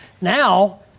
Now